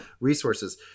resources